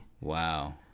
Wow